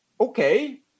okay